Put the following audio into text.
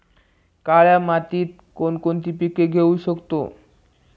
काळ्या मातीत कोणकोणती पिके घेऊ शकतो?